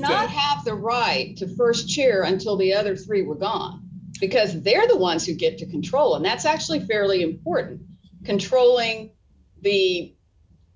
not have the right to burst chair until the other three were bomb because they're the ones who get to control and that's actually fairly important controlling the